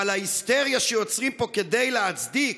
אבל יוצרים פה היסטריה כדי להצדיק